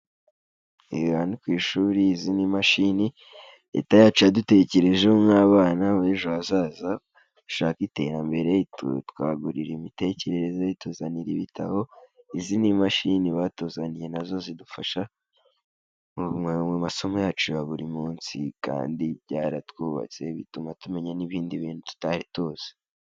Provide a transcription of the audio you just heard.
Aha ni ku ishuri, izi ni imashini. Leta yacu yadutekerejeho nk'abana b'ejo hazaza dushaka iterambere, itwagurira imitekerereze, ituzanira ibitabo. Izi ni imashini batuzaniye, na zo zidufasha mu masomo yacu ya buri munsi, kandi byaratwubatse bituma tumenya n'ibindi bintu tutari tuzi.